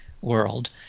world